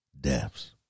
deaths